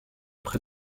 près